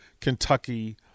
Kentucky